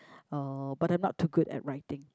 uh but I'm not too good at writing